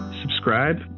subscribe